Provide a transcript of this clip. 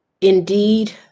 Indeed